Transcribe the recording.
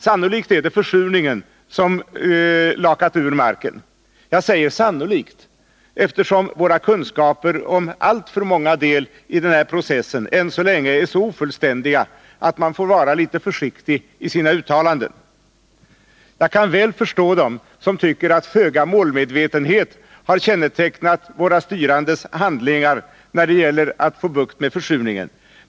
Sannolikt är det försurningen som lakat ur marken. Jag säger sannolikt, eftersom våra kunskaper om alltför många led i den processen än så länge är så ofullständiga att man får vara litet försiktig i sina uttalanden. Jag kan väl förstå dem som tycker att föga målmedvetenhet har kännetecknat våra styrandes handlingar när det gäller att få bukt med försurningen.